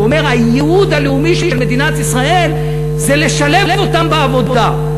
והוא אומר: הייעוד הלאומי של מדינת ישראל זה לשלב אותם בעבודה.